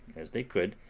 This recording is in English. as they could,